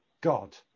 God